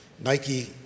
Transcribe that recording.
Nike